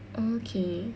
okay